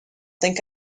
think